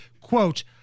Quote